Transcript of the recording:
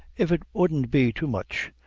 if it udn't be too much,